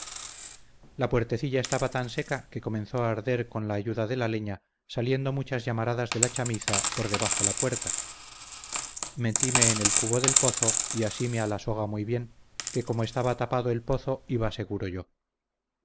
la puertecilla estaba tan seca que comenzó a arder con la ayuda de la leña saliendo muchas llamaradas de la chamiza por debajo la puerta metime en el cubo del pozo y asime a la soga muy bien que como estaba tapado el pozo iba seguro yo